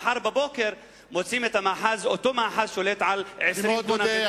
ומחר בבוקר מוצאים את אותו מאחז שולט על 20 דונמים.